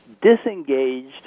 Disengaged